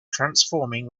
transforming